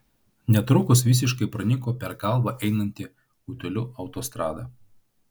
netrukus visiškai pranyko per galvą einanti utėlių autostrada